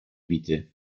bity